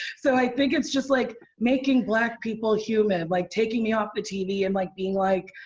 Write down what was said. so i think it's just, like, making black people human, like, taking me off the tv and like being like,